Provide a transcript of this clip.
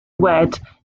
wed